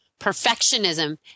Perfectionism